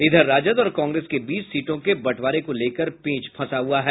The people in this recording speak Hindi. इधर राजद और कांग्रेस के बीच सीटों के बंटवारे को लेकर पेंच फंसा हुआ है